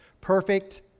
Perfect